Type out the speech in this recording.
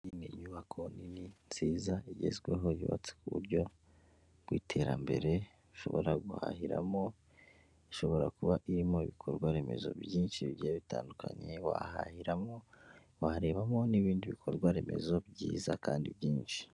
Iyi ni inyubako nini nziza igezweho yubatse kuburyo bw'iterambere ushobora guhahiramo ishobora kuba irimo ibikorwa remezo byinshi bigiye bitandukanye wahahiramo warebamo n'ibindi bikorwa remezo byiza kandi byinshi.